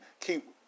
keep